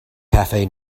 cafe